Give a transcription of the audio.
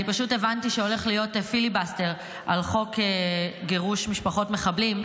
אני פשוט הבנתי שהולך להיות פיליבסטר על חוק גירוש משפחות מחבלים,